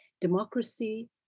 Democracy